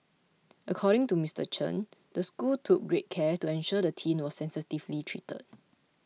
according to Mister Chen the school took great care to ensure the teen was sensitively treated